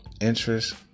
interest